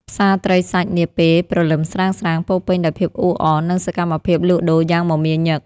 ផ្សារត្រីសាច់នាពេលព្រលឹមស្រាងៗពោរពេញដោយភាពអ៊ូអរ និងសកម្មភាពលក់ដូរយ៉ាងមមាញឹក។